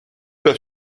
pas